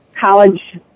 college